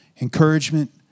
encouragement